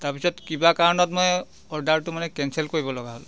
তাৰপিছত কিবা কাৰণত মই অৰ্ডাৰটো মানে কেনচেল কৰিবলগা হ'ল